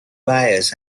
bias